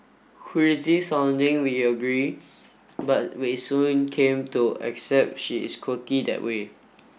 crazy sounding we agree but we soon came to accept she is quirky that way